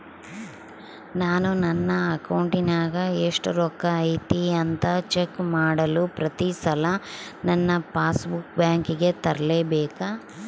ನಾನು ನನ್ನ ಅಕೌಂಟಿನಾಗ ಎಷ್ಟು ರೊಕ್ಕ ಐತಿ ಅಂತಾ ಚೆಕ್ ಮಾಡಲು ಪ್ರತಿ ಸಲ ನನ್ನ ಪಾಸ್ ಬುಕ್ ಬ್ಯಾಂಕಿಗೆ ತರಲೆಬೇಕಾ?